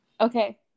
Okay